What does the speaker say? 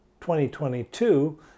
2022